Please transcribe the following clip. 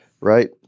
right